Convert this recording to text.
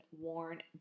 worn